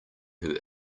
who